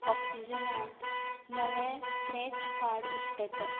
ऑक्सिजनत नवे scratch card उकतें कर